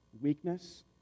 weakness